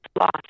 lost